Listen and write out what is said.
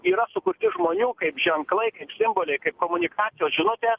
yra sukurti žmonių kaip ženklai kaip simboliai kaip komunikacijos žinutė